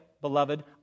beloved